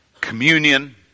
Communion